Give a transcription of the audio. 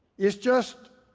is just